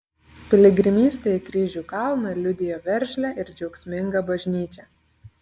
piligrimystė į kryžių kalną liudijo veržlią ir džiaugsmingą bažnyčią